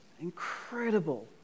Incredible